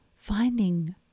finding